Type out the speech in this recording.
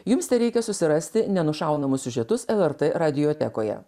jums tereikia susirasti nenušaunamas siužetus lrt radiotekoje